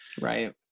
Right